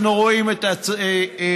אנחנו רואים את התוצאות,